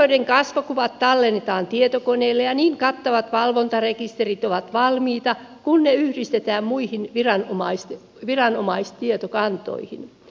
kameroiden kasvokuvat tallennetaan tietokoneelle ja niin kattavat valvontarekisterit ovat valmiita kun ne yhdistetään muihin viranomaistietokantoihin